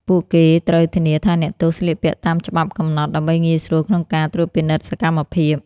ពួកគេត្រូវធានាថាអ្នកទោសស្លៀកពាក់តាមច្បាប់កំណត់ ដើម្បីងាយស្រួលក្នុងការត្រួតពិនិត្យសកម្មភាព។